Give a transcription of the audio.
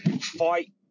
fight